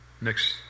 next